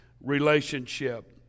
relationship